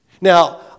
Now